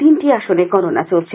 তিনটি আসনে গণনা চলছে